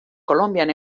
kolonbian